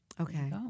Okay